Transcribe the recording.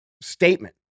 statement